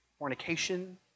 fornication